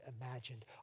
imagined